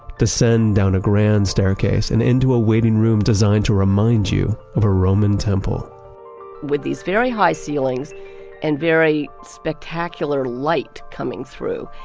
descend down a grand staircase and into a waiting room designed to remind you of a roman temple with these very high ceilings and very spectacular light coming through.